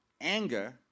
anger